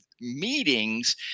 meetings